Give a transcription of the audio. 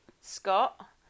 Scott